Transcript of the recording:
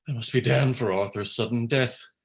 must be damned for arthur's sudden death!